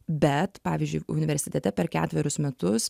bet pavyzdžiui universitete per ketverius metus